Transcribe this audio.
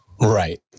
Right